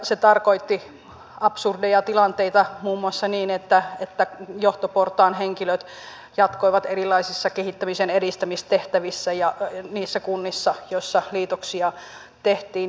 se tarkoitti absurdeja tilanteita muun muassa niin että johtoportaan henkilöt jatkoivat erilaisissa kehittämisen edistämistehtävissä niissä kunnissa joissa liitoksia tehtiin